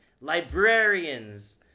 Librarians